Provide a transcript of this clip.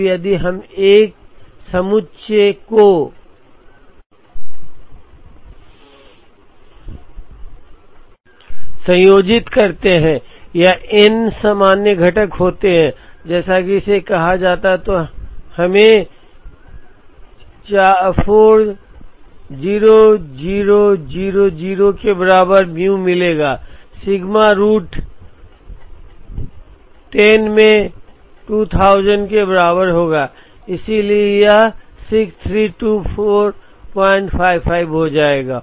अब यदि हम एक समुच्चय को संयोजित करते हैं या n सामान्य घटक होते हैं जैसा कि इसे कहा जाता है तो हमें 40000 के बराबर म्यू मिलेगा सिग्मा रूट 10 में 2000 के बराबर होगा इसलिए यह 632455 हो जाएगा